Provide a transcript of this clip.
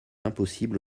impossible